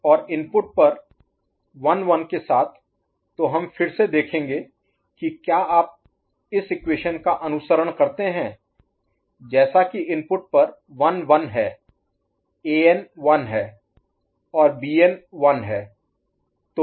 और इनपुट पर 1 1 के साथ तो हम फिर से देखेंगे कि क्या आप इस इक्वेशन का अनुसरण करते हैं जैसा कि इनपुट पर 1 1 है An 1 है और Bn 1 है